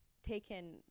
taken